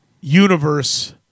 universe